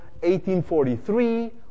1843